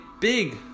big